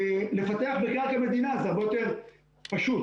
לפתח בקרקע המדינה זה הרבה יותר פשוט.